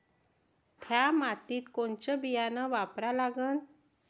थ्या मातीत कोनचं बियानं वापरा लागन?